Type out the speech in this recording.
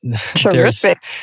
Terrific